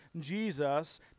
Jesus